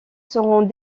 seront